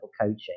coaching